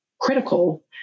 critical